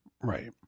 Right